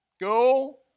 go